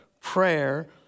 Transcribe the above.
prayer